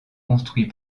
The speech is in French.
construit